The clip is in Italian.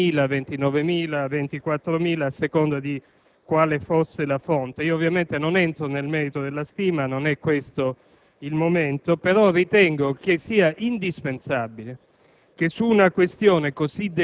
di numeri: 17.000, 29.000, 24.000 a seconda di quale fosse la fonte. Non entro ovviamente nel merito della stima (non è questo il momento), però ritengo sia indispensabile